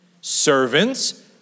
servants